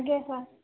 ଆଜ୍ଞା ସାର୍